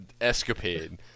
escapade